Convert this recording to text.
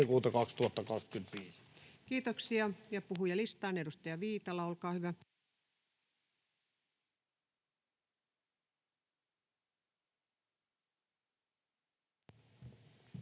Kiitoksia. — Puhujalistaan. — Edustaja Viitala, olkaa hyvä.